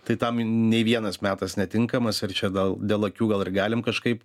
tai tam nei vienas metas netinkamas ar čia gal dėl akių gal ir galim kažkaip